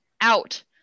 out